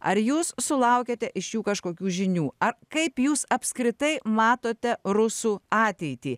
ar jūs sulaukiate iš jų kažkokių žinių ar kaip jūs apskritai matote rusų ateitį